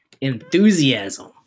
Enthusiasm